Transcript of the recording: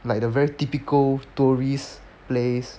like the very typical tourist place